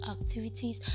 activities